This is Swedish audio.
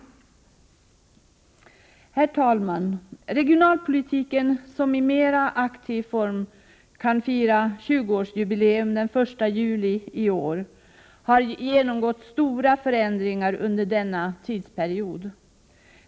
Herr talman! Regionalpolitiken, som i mera aktiv form kan fira 20 årsjubileum den 1 juli i år, har genomgått stora förändringar under den tidsperioden.